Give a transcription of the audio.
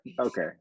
Okay